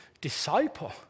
disciple